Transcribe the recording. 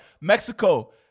Mexico